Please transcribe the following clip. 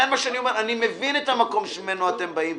אני מבין את המקום שממנו אתם באים.